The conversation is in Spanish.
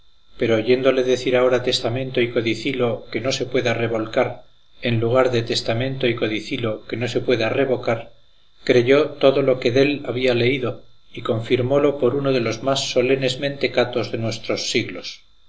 pero oyéndole decir ahora testamento y codicilo que no se pueda revolcar en lugar de testamento y codicilo que no se pueda revocar creyó todo lo que dél había leído y confirmólo por uno de los más solenes mentecatos de nuestros siglos